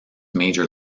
major